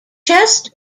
chest